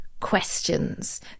questions